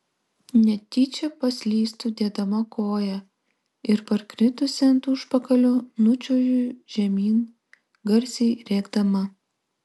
netyčia paslystu dėdama koją ir parkritusi ant užpakalio nučiuožiu žemyn garsiai rėkdama